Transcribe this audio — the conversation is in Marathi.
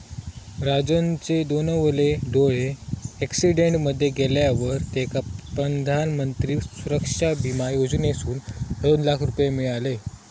राजनचे दोनवले डोळे अॅक्सिडेंट मध्ये गेल्यावर तेका प्रधानमंत्री सुरक्षा बिमा योजनेसून दोन लाख रुपये मिळाले